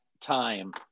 time